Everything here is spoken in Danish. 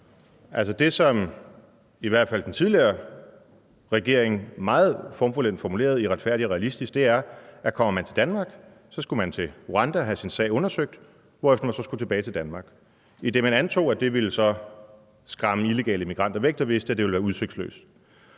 det, som i hvert fald den tidligere regering meget formfuldendt formulerede i »Retfærdig og Realistisk«, var, at kom man til Danmark, skulle man til Rwanda og have sin sag undersøgt, hvorefter man så skulle tilbage til Danmark, idet det blev antaget, at det så ville skræmme illegale immigranter, der vidste, at det ville være udsigtsløst,